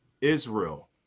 Israel